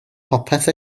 popeth